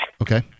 Okay